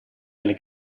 alle